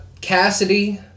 Cassidy